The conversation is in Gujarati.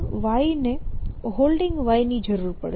y ની જરૂર પડશે